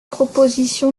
proposition